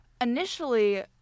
Initially